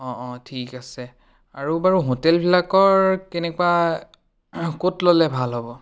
অঁ অঁ ঠিক আছে আৰু বাৰু হোটেলবিলাকৰ কেনেকুৱা ক'ত ল'লে ভাল হ'ব